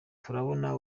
turabona